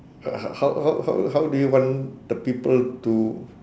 h~ h~ how how how how do you want the people to